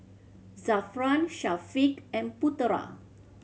Zafran Syafiq and Putera